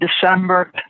December